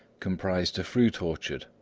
comprised a fruit-orchard,